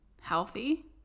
healthy